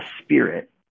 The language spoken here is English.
spirit